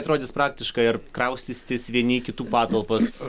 atrodys praktiškai ar kraustysitės vieni į kitų patalpas